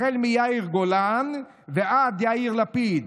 החל מיאיר גולן ועד יאיר לפיד,